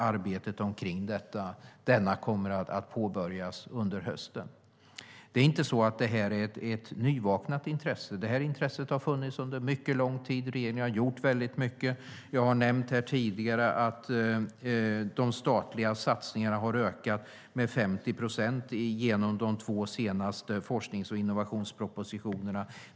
Arbetet med den kommer att påbörjas under hösten. Detta är inget nyvaknat intresse, utan det har funnits under lång tid. Regeringen har gjort väldigt mycket. Jag nämnde tidigare att de statliga satsningarna har ökat med 50 procent genom de två senaste forsknings och innovationspropositionerna.